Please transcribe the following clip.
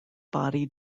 body